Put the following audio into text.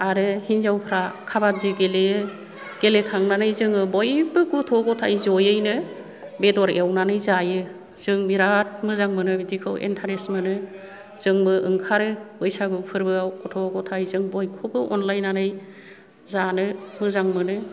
आरो हिन्जावफ्रा खाबादि गेलेयो गेलेखांनानै जोङो बयबो गथ' गथाय जयैनो बेदर एवानानै जायो जों बिरात मोजां मोनो बिदिखौ एन्थारेस मोनो जोंबो ओंखारो बैसागु फोरबोआव गथ' गथाय जों बयखौबो अनलायनानै जानो मोजां मोनो